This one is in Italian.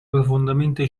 profondamente